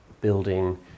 building